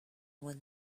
when